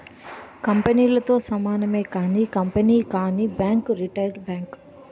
కంపెనీలతో సమానమే కానీ కంపెనీ కానీ బ్యాంక్ రిటైల్ బ్యాంక్